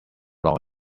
lost